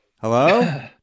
Hello